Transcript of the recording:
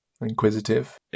Inquisitive